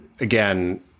again